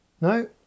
No